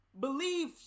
believe